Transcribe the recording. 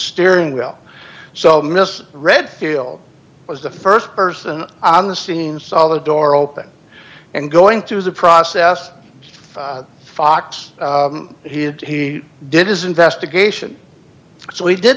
steering wheel so miss redfield was the st person on the scene saw the door open and going through is a process of fox he had he did his investigation so he did